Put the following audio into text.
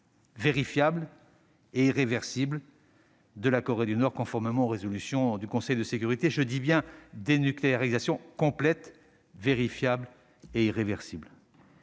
vérifiable et irréversible du pays, conformément aux résolutions du Conseil de sécurité. J'y insiste : dénucléarisation complète, vérifiable et irréversible